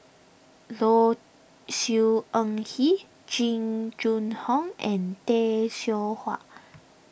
Low Siew Nghee Jing Jun Hong and Tay Seow Huah